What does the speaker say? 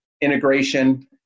integration